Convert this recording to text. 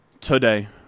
today